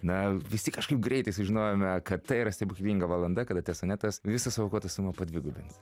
na visi kažkaip greitai sužinojome kad tai yra stebuklinga valanda kada tesonetas visą suaukotą sumą padvigubins